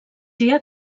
dia